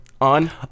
on